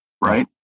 right